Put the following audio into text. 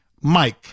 Mike